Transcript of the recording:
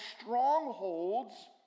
strongholds